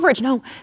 No